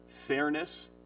fairness